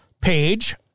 page